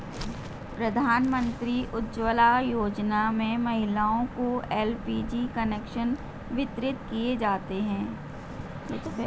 प्रधानमंत्री उज्ज्वला योजना में महिलाओं को एल.पी.जी कनेक्शन वितरित किये जाते है